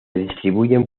distribuyen